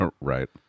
Right